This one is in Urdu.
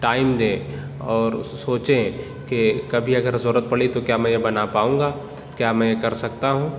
ٹائم دیں اور سوچیں کہ کبھی اگر ضرورت پڑی تو کیا میں یہ بنا پاؤں گا کیا میں یہ کر سکتا ہوں